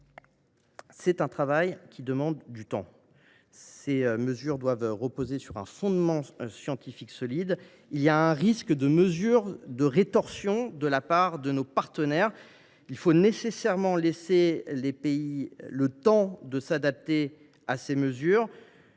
c’est un travail qui demande du temps : de telles mesures doivent reposer sur un fondement scientifique solide. Il y a un risque de rétorsions de la part de nos partenaires. Il faut nécessairement laisser à ces pays le temps de s’adapter aux